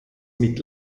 mit